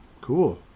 cool